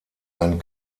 ein